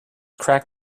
crack